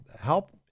Help